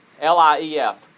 L-I-E-F